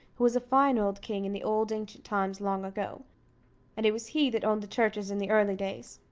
who was a fine old king in the old ancient times, long ago and it was he that owned the churches in the early days.